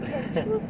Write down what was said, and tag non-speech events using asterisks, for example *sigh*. *laughs*